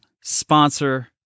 sponsor